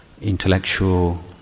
intellectual